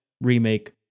remake